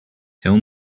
tell